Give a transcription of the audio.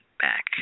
back